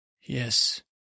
Yes